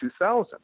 2000